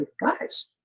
guys